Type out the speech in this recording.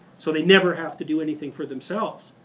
so they never have to do anything for themselves.